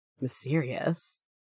Mysterious